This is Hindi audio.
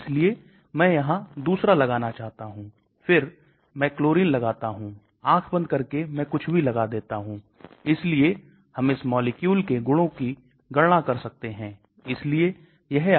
आमतौर पर दवाईयों को लवण के रूप में निर्मित किया जाता है 70 दवाई जो मैं कहता हूं लवण के रूप में होती हैं और उसमें से व्यवसायिक दवाईयों में जो आयन का प्रयोग होता है उसमें से 70 anions और 30 cations होते हैं